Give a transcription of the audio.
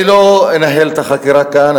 אני לא אנהל את החקירה כאן,